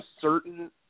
certain